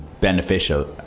beneficial